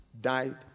died